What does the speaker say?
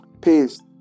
Peace